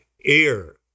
ear